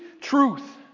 truth